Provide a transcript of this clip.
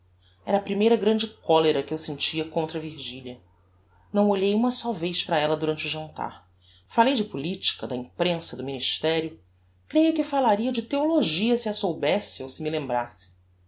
era a primeira grande colera que eu sentia contra virgilia não olhei uma só vez para ella durante o jantar falei de politica da imprensa do ministerio creio que falaria de theologia se a soubesse ou se me lembrasse